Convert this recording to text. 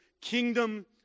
kingdom